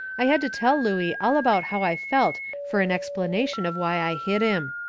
i had to tell looey all about how i felt fur an explanation of why i hit him.